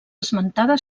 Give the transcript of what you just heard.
esmentada